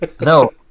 no